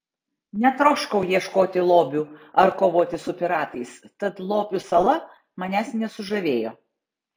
netroškau ieškoti lobių ar kovoti su piratais tad lobių sala manęs nesužavėjo